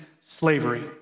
slavery